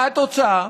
מה התוצאה?